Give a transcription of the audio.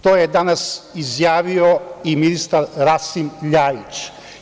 To je danas izjavio i ministar Rasim LJajić.